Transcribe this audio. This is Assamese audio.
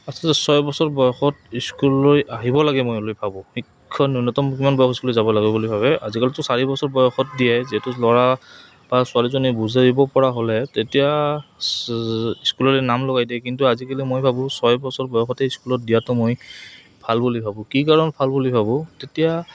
আচলতে ছয় বছৰ বয়সত স্কুললৈ আহিব লাগে মই ভাবোঁ শিক্ষণ ন্যূনতম কিমান বয়সত স্কুললৈ যাব লাগে বুলি ভাবে আজিকালিতো চাৰি বছৰ বয়সত দিয়ে যিহেতু ল'ৰা বা ছোৱালীজনী বুজিব পৰা হ'লে তেতিয়া স্কুলৰে নাম লগাই দিয়ে কিন্তু আজিকালি মই ভাবোঁ ছয় বছৰ বয়সতে স্কুলত দিয়াতো মই ভাল বুলি ভাবোঁ কি কাৰণত ভাল বুলি ভাবোঁ তেতিয়া